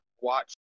watch